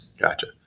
Gotcha